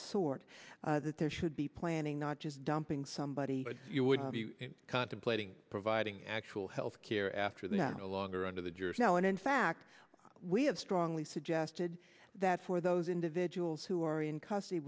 sort that there should be planning not just dumping somebody but you would be contemplating providing actual health care after that no longer under the duress now and in fact we have strongly suggested that for those individuals who are in custody